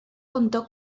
contó